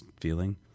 feeling